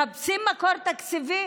מחפשים מקור תקציבי?